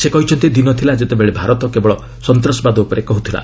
ସେ କହିଛନ୍ତି ଦିନ ଥିଲା ଯେତେବେଳେ ଭାରତ କେବଳ ସନ୍ତାସବାଦ ଉପରେ କହୁଥିଲା